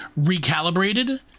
recalibrated